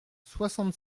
soixante